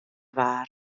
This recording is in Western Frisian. waard